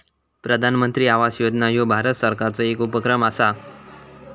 प्रधानमंत्री आवास योजना ह्यो भारत सरकारचो येक उपक्रम असा